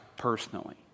personally